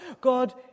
God